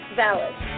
valid